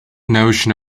notion